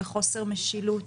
בחוסר משילות,